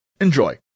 enjoy